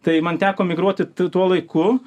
tai man teko migruoti tuo laiku